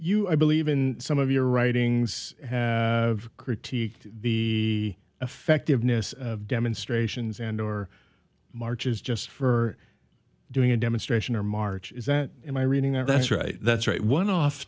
you i believe in some of your writings have critiqued the effectiveness of demonstrations and or marches just for doing a demonstration or march is that in my reading of that's right that's right one off